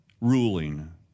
ruling